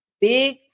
big